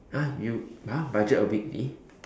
!huh! you !huh! budget weekly